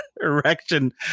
erection